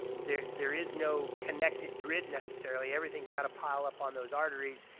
there there is no connected grid, necessarily, everything's got to pile up on those arteries.